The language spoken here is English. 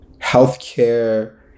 healthcare